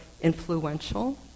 influential